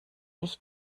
ich